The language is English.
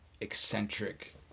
eccentric